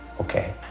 Okay